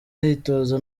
ayitoza